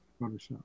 Photoshop